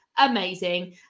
amazing